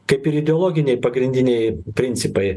kaip ir ideologiniai pagrindiniai principai